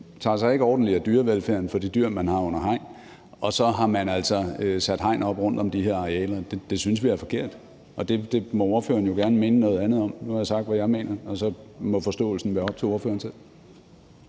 tager sig ikke ordentligt af dyrevelfærden for de dyr, man har under hegn. Og så har man altså sat hegn op rundt om de her arealer. Det synes vi er forkert, og det må ordføreren jo gerne mene noget andet om. Nu har jeg sagt, hvad jeg mener, og så må forståelsen være op til ordføreren selv.